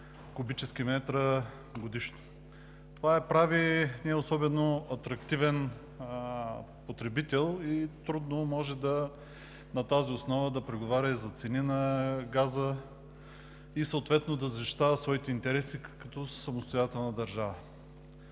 кубически метра годишно. Това я прави не особено атрактивен потребител и трудно може на тази основа да преговаря за цени на газа и съответно да защитава своите интереси като самостоятелна държава.